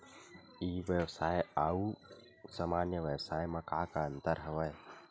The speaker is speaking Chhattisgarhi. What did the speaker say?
ई व्यवसाय आऊ सामान्य व्यवसाय म का का अंतर हवय?